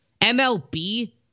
MLB